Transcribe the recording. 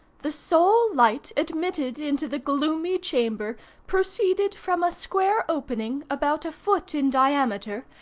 the sole light admitted into the gloomy chamber proceeded from a square opening about a foot in diameter,